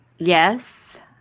yes